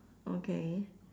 okay